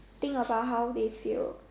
think about how they fail